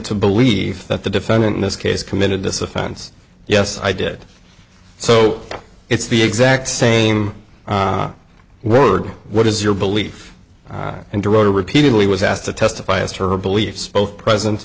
to believe that the defendant in this case committed this offense yes i did so it's the exact same word what is your belief and the road repeatedly was asked to testify as to her beliefs both present